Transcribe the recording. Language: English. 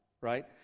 Right